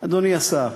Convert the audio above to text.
אדוני השר,